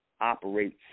operates